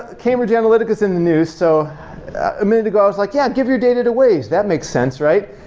cambridge analytic is in the news. so a minute ago, i was like, yeah, give your data to waze. that makes sense, right?